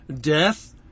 death